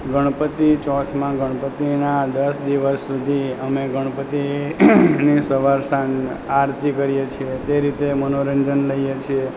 ગણપતિ ચોથમાં ગણપતિના દસ દિવસ સુધી અમે ગણપતિ ની સવાર સાંજ આરતી કરીએ છીએ તે રીતે મનોરંજન લઈએ છીએ